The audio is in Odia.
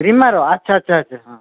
ରିମାର ଆଚ୍ଛା ଆଚ୍ଛା ଆଚ୍ଛା ହଁ